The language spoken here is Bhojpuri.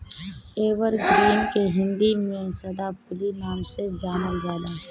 एवरग्रीन के हिंदी में सदाफुली नाम से जानल जाला